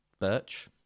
Birch